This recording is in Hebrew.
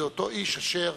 הוא אותו איש אשר